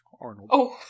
Arnold